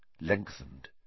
lengthened